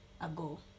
ago